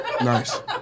Nice